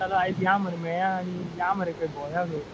हांव म्हणटालो आयज या मरे मेळया आनी या मरे भोंवया खंय